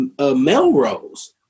Melrose